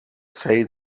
say